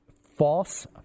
false